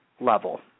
level